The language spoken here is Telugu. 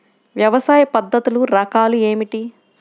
వ్యవసాయ పద్ధతులు రకాలు ఏమిటి?